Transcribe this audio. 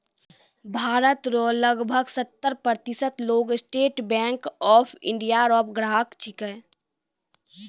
भारत रो लगभग सत्तर प्रतिशत लोग स्टेट बैंक ऑफ इंडिया रो ग्राहक छिकै